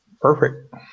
Perfect